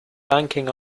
banking